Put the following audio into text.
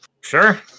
Sure